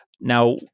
Now